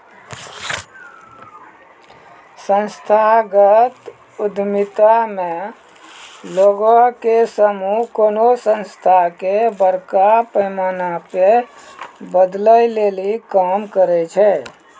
संस्थागत उद्यमिता मे लोगो के समूह कोनो संस्था के बड़का पैमाना पे बदलै लेली काम करै छै